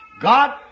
God